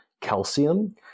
calcium